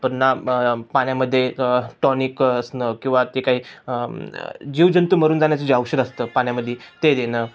पुन्हा म पाण्यामध्ये टॉनिक असणं किंवा ते काही जीवजंतू मरून जाण्याची जे औषध असतं पाण्यामध्ये ते देणं